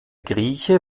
grieche